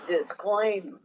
disclaimer